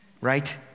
right